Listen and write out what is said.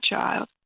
child